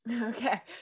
Okay